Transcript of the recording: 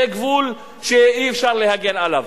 זה גבול שאי-אפשר להגן עליו.